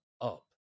up